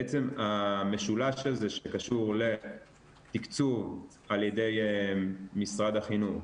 בעצם המשולש הזה שקשור לתקצוב על ידי משרד החינוך,